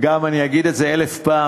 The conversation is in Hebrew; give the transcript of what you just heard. גם אגיד את זה אלף פעם,